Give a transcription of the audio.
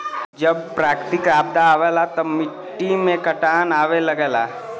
जब प्राकृतिक आपदा आवला त मट्टी में कटाव आवे लगला